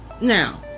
now